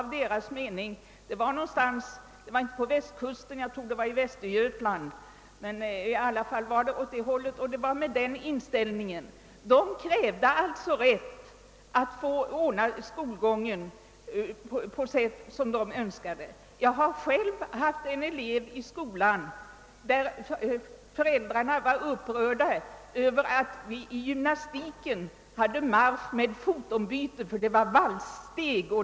Vid en skola — inte på västkusten, utan jag vill minnas att det var i Västergötland — krävde föräldrarna att få ordna skolgången på det sätt de själva önskade. Jag har själv haft en elev i skolan, vars föräldrar var upprörda över att vi i gymnastiken hade marsch med fotombyte — med valssteg.